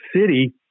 City